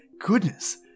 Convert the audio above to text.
Goodness